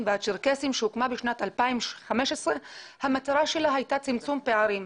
והצ'רקסים שהוקמה בשנת 2015. המטרה שלה הייתה צמצום פערים.